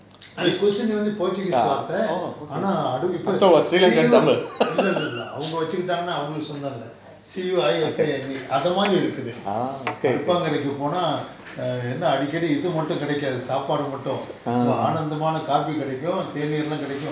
குசினி வந்து:kusini vanthu portugese வார்த்த ஆனா அது இப்ப:vaartha aana adu ippa இல்லல்லல்ல அவங்க வச்சிகிட்டான்கனா அவங்களுக்கு சொந்தமில்லை:illallalla avanga vachikkittankanaa avankalukku sonthamillai C_E_O_I_F_I_N_E அது மாரி இருக்குது அடுப்பங்கரைக்கு போனா:athu maari irukkuthu aduppankaraikku ponaa err என்ன அடிக்கடி இது மட்டும் கெடைக்காது சாப்பாடு மட்டும் ஆனந்தமான காபி கெடைக்கும் தேநீர்லாம் கெடைக்கும்:enna adikkadi ithu mattum kedaikkathu saapadu mattum aananthamaana kaapi kedaikkum theneerlaam kedaikum